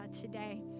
today